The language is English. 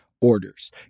orders